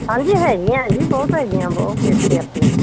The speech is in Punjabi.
ਹਾਂਜੀ ਹੈਗੀਆਂ ਜੀ ਬਹੁਤ ਹੈਗੀਆਂ ਬਹੁਤ ਇੱਥੇ ਆਪਣੇ